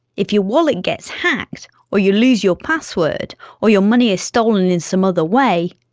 if your wallet gets hacked or you lose your password or your money is stolen in some other way,